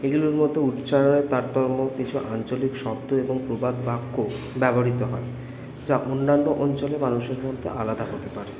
এগুলোর মতো উচ্চারণের তারতম্য কিছু আঞ্চলিক শব্দ এবং প্রবাদ বাক্য ব্যবহৃত হয় যা অন্যান্য অঞ্চলে মানুষের মধ্যে আলাদা হতে পারে